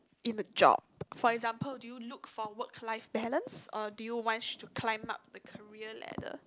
in a job for example do you look for work life balance or do you want to climb up the career ladder